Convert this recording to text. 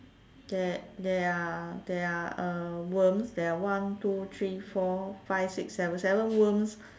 there there are there are uh worms there are one two three four five six seven seven worms